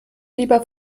lieber